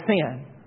sin